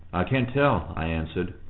can't tell, i answered.